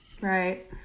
Right